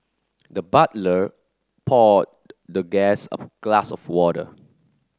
the butler poured the guest a glass of water